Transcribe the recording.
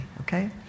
Okay